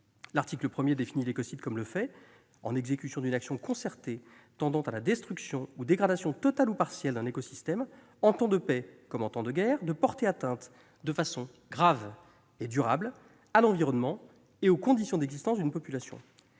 L'article 1 du texte définit l'écocide comme « le fait, en exécution d'une action concertée tendant à la destruction ou dégradation totale ou partielle d'un écosystème, en temps de paix comme en temps de guerre, de porter atteinte de façon grave et durable à l'environnement et aux conditions d'existence d'une population ».